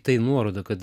tai nuoroda kad